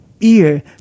ear